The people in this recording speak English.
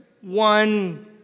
one